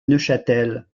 neufchâtel